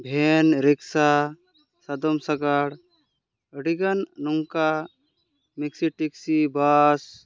ᱵᱷᱮᱱ rickshaw ᱥᱟᱫᱚᱢ ᱥᱟᱜᱟᱲ ᱟᱹᱰᱤ ᱜᱟᱱ ᱱᱚᱝᱠᱟ ᱢᱤᱠᱥᱤ ᱴᱤᱠᱥᱤ ᱵᱟᱥ